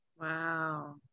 Wow